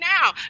now